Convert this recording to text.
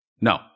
No